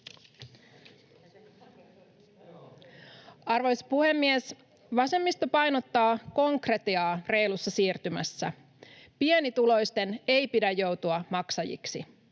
Arvoisa puhemies! Vasemmisto painottaa konkretiaa reilussa siirtymässä. Pienituloisten ei pidä joutua maksajiksi.